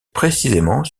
précisément